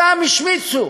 אותם השמיצו.